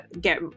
get